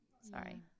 Sorry